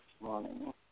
morning